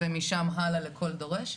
ומשם הלאה לכל דורש.